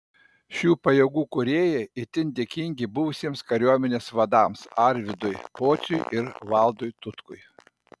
šių pajėgų kūrėjai itin dėkingi buvusiems kariuomenės vadams arvydui pociui ir valdui tutkui